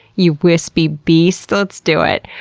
you wispy beast. let's do it.